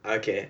okay